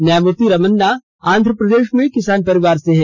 न्यायमूर्ति रमन्ना आंध्रप्रदेश में किसान परिवार से हैं